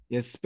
Yes